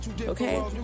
Okay